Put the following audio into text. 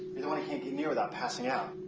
you're the one he can't get near without passing out.